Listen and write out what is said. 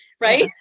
Right